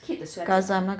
keep the sweater